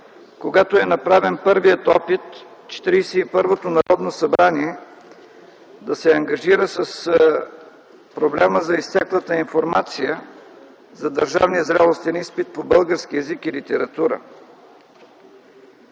когато е направен първият опит Четиридесет и първото Народно събрание да се ангажира с проблема за изтеклата информация за държавния зрелостен изпит по български език и литература.